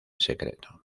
secreto